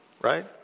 Right